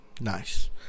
Nice